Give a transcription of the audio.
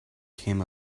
came